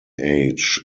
age